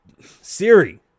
siri